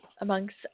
amongst